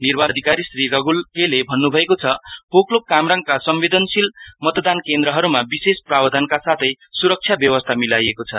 निर्वाचन अधिकारी श्री रघुल के ले भन्न भएको छ पोकलोक कामराङका संवेदनशील मतदान केन्द्रहरूमा विशेष प्रावधानका साथै सुरक्षा व्यवस्ता मिलाईएको छ